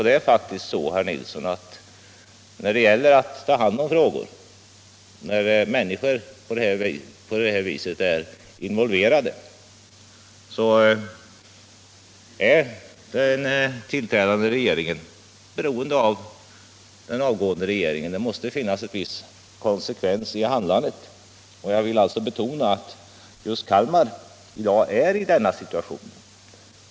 Det är faktiskt också så, herr Nilsson, att när människor är involverade på det här viset är den tillträdande regeringen beroende av den avgående regeringen. Det måste finnas en viss konsekvens i handlandet. Jag vill betona att det i dag just är Kalmar som befinner sig i denna situation.